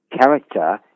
character